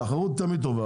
תחרות תמיד טובה.